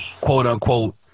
quote-unquote